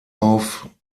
auf